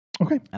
Okay